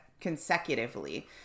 consecutively